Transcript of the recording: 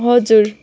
हजुर